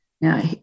Now